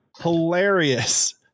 hilarious